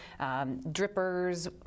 drippers